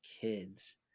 Kids